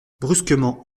brusquement